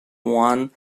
one